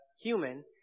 human